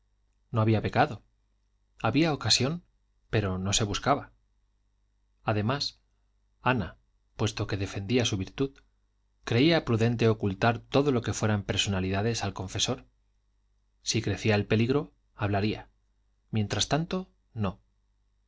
no había pecado había ocasión pero no se buscaba además ana puesto que defendía su virtud creía prudente ocultar todo lo que fueran personalidades al confesor si crecía el peligro hablaría mientras tanto no